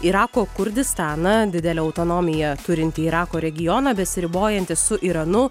irako kurdistaną didelę autonomiją turintį irako regioną besiribojantį su iranu